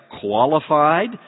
qualified